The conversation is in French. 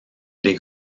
les